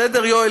בסדר, יואל?